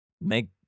make